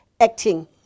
acting